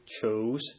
chose